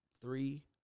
three